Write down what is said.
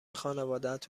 خانوادت